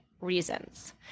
reasons